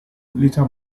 later